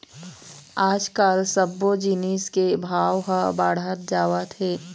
आजकाल सब्बो जिनिस के भाव ह बाढ़त जावत हे